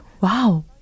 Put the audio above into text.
Wow